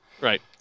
Right